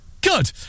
Good